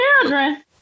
Children